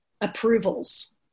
approvals